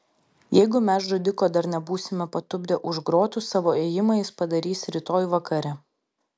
jeigu mes žudiko dar nebūsime patupdę už grotų savo ėjimą jis padarys rytoj vakare